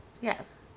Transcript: Yes